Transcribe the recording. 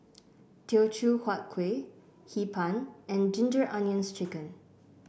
Teochew Huat Kueh Hee Pan and Ginger Onions chicken